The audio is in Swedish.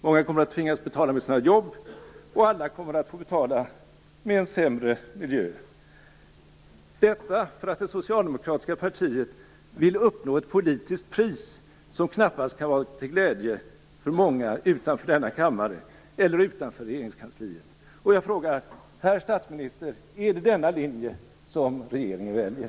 Många kommer att tvingas betala med sina jobb, och alla kommer att få betala med en sämre miljö. Detta för att det socialdemokratiska partiet vill uppnå ett politiskt pris som knappast kan vara till glädje för många utanför denna kammare eller utanför Regeringskansliet. Herr statsminister! Är det denna linje som regeringen väljer?